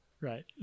Right